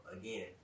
again